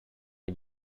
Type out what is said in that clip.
are